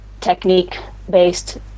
technique-based